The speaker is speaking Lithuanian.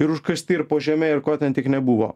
ir užkasti ir po žeme ir ko ten tik nebuvo